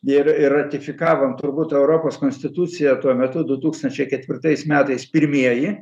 ir ir ratifikavom turbūt europos konstituciją tuo metu du tūkstančiai ketvirtais metais pirmieji